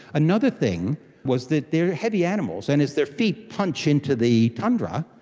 another thing was that they are heavy animals, and as their feet punch into the tundra,